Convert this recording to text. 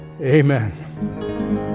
Amen